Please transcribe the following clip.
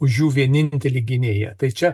už jų vienintelį gynėją tai čia